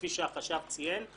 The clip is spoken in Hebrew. כפי שהחשב ציין,